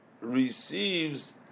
receives